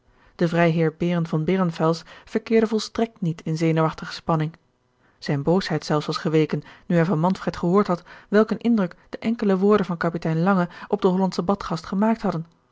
de vrijheer behren von behrenfels verkeerde volstrekt niet in zenuwachtige spanning zijn boosheid zelfs was geweken nu hij van manfred gehoord had welk een indruk de enkele woorden van kapitein lange op den hollandschen badgast gemaakt hadden